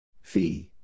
Fee